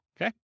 okay